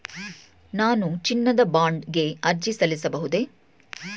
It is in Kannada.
ನಾನು ಚಿನ್ನದ ಬಾಂಡ್ ಗೆ ಅರ್ಜಿ ಸಲ್ಲಿಸಬಹುದೇ?